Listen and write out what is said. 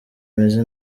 meze